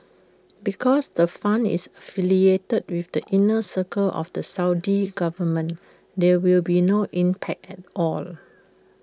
because the fund is affiliated with the inner circle of the Saudi government there will be no impact at all